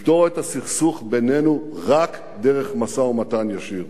לפתור את הסכסוך בינינו רק דרך משא-ומתן ישיר.